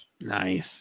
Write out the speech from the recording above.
Nice